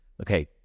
okay